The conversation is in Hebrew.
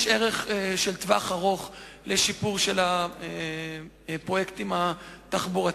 יש ערך של טווח ארוך לשיפור של הפרויקטים התחבורתיים,